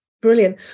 Brilliant